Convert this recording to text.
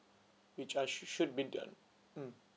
which I sh~ should be done mm